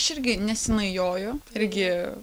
aš irgi neseniai joju irgi